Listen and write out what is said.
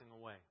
away